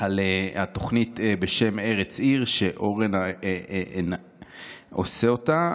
על תוכנית בשם ארץ-עיר שאורן עושה אותה.